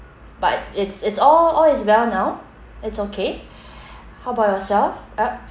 but it's it's all all is well now it's okay how about yourself